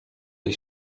tej